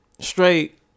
straight